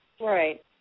Right